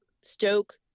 stoke